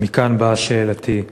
ומכאן באה שאלתי.